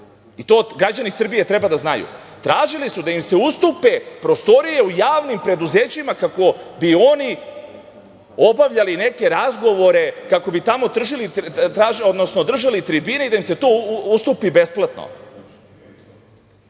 i to građani Srbije treba da znaju, tražili su da im se ustupe prostorije u javnim preduzećima kako bi oni obavljali neke razgovore, kako bi tamo držali tribine i da im se to ustupi besplatno.